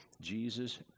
Jesus